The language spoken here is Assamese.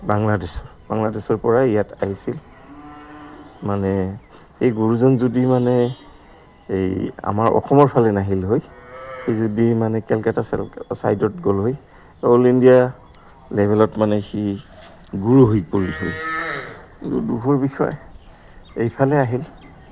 বাংলাদেশৰ বাংলাদেশৰ পৰাই ইয়াত আহিছিল মানে এই গুৰুজন যদি মানে এই আমাৰ অসমৰ ফালে নাহিল হয় যদি মানে কেলকটা চ ছাইডত গ'ল হয় অল ইণ্ডিয়া লেভেলত মানে সি গুৰু হৈ গ'ল হয় দুখৰ বিষয়ে এইফালে আহিল